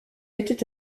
était